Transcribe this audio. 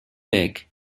lake